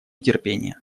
терпение